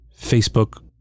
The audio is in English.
Facebook